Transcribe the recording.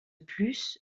plus